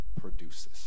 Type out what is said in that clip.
produces